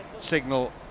signal